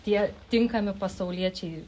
tie tinkami pasauliečiai